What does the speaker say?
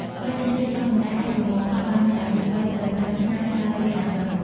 ស្វាយចន្ទីជាធម្មតាអាចប្រមូលផលបាននៅអាយុ ៣ ទៅ ៥ ឆ្នាំ ក្រោយពេលដាំដុះ។